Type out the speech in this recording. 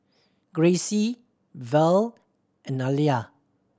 Gracie Verl and Alia